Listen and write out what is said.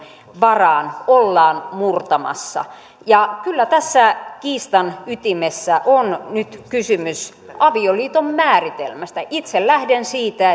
varaan ollaan murtamassa kyllä tässä kiistan ytimessä on nyt kysymys avioliiton määritelmästä itse lähden siitä